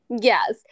yes